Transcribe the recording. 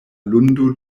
lundo